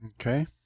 Okay